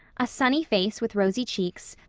a sunny face with rosy cheeks,